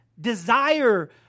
desire